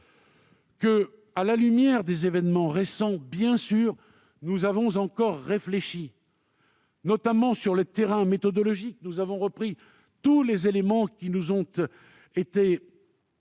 : à la lumière des événements récents, nous y avons de nouveau réfléchi, notamment sur le terrain méthodologique. Nous avons repris tous les éléments qui nous ont été